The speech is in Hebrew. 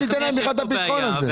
אל תיתן להם בכלל את הפתחון הזה.